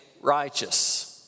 righteous